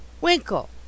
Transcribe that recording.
Winkle